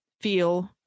feel